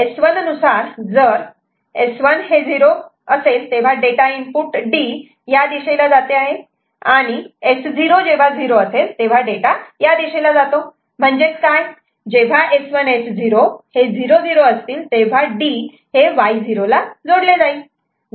तेव्हा S1 नुसार जर S1 0 तेव्हा इनपुट डेटा D या दिशेला जातो आणि S0 0 तेव्हा डेटा या दिशेला जातो म्हणजेच जेव्हा S1 आणि S0 हे 00 असतील तेव्हा D हे Y0 ला जोडले जाईल